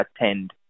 attend